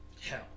hell